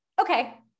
okay